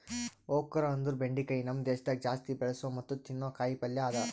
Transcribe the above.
okra ಅಂದುರ್ ಬೆಂಡಿಕಾಯಿ ನಮ್ ದೇಶದಾಗ್ ಜಾಸ್ತಿ ಬೆಳಸೋ ಮತ್ತ ತಿನ್ನೋ ಕಾಯಿ ಪಲ್ಯ ಅದಾ